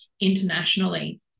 internationally